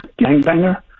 gangbanger